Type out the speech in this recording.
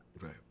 Right